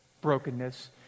brokenness